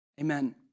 Amen